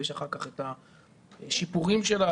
יש אחר כך השיפורים שלה,